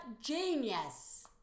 genius